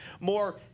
more